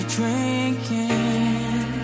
drinking